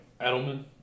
Edelman